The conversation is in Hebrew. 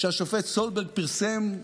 שהשופט סולברג פרסם,